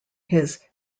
his